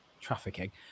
trafficking